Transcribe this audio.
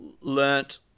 learnt